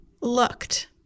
looked